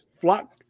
flock